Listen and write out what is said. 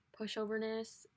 pushoverness